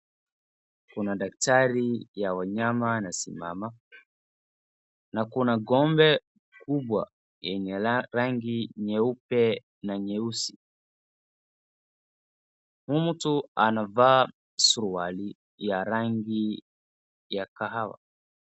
Kuna daktari ya wanyama anasimamana kuna ng'ombe kubwa yenye rangi nyeupe na nyeusi. Huu mtu anavaa suruali ya rangi ya kahawa.